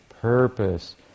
purpose